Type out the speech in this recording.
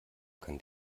kann